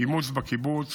אימוץ בקיבוץ